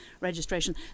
registration